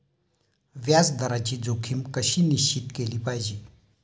व्याज दराची जोखीम कशी निश्चित केली पाहिजे